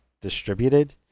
distributed